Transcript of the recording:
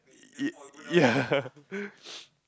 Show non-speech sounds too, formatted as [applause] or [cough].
y~ ya [laughs] [noise]